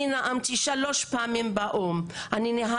אני נאמתי שלוש פעמים באו"ם.